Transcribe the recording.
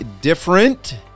different